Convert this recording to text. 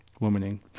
Womaning